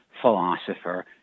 philosopher